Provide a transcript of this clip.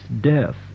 death